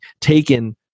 taken